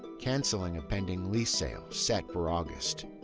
canceling a pending lease sale set for august.